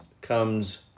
comes